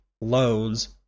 loans